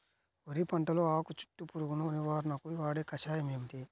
వరి పంటలో ఆకు చుట్టూ పురుగును నివారణకు వాడే కషాయం ఏమిటి?